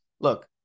look